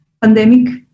pandemic